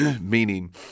meaning